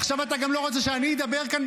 עכשיו אתה גם לא רוצה שאני אדבר כאן,